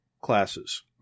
classes